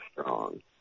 strong